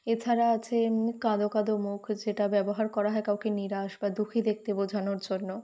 এছাড়া আছে কাঁদো কাঁদো মুখ যেটা ব্যবহার করা হয় কাউকে নিরাশ বা দুঃখী দেখতে বোঝানোর জন্য